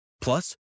Plus